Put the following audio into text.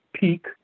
peak